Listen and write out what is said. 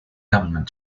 government